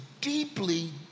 deeply